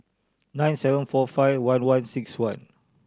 nine seven four five one one six one